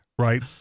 Right